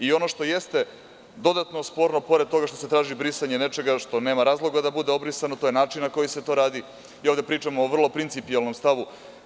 I ono što jeste dodatno sporno pored toga što se traži brisanje nečega što nema razloga da bude obrisano to je način na koji se to radi, i ovde pričamo o vrlo principijelnom stavu.